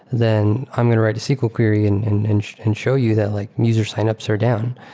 then i'm going to write a sql query and and and show you that like user sign-ups are down.